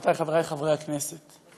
חברותי וחברי חברי הכנסת,